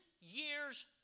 years